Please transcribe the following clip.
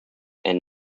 and